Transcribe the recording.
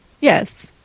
Yes